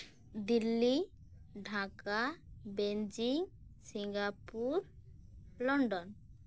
Delhi Dhaka Belgium Singapore London